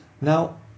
Now